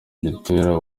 gitera